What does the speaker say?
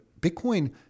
Bitcoin